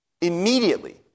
Immediately